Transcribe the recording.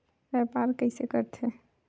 व्यापार कइसे करथे?